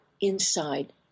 inside